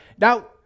Now